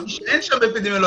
אמרתי שאין שם אפידמיולוגים.